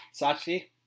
Sachi